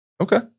Okay